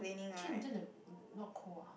chin 你真的 not cold ah